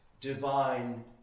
divine